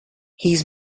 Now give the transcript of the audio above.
his